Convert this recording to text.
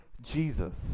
Jesus